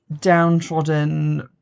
downtrodden